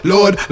Lord